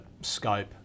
scope